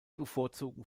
bevorzugen